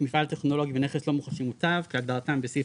"מפעל טכנולוגי" ו"נכס לא מוחשי מוטב" - כהגדרתם בסעיף